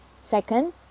Second